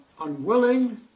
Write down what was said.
unwilling